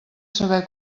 saber